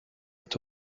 est